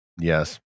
yes